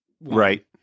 Right